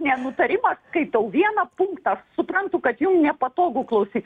ne nutarimą skaitau vieną punktą suprantu kad jums nepatogu klausyt